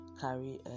carry